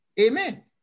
amen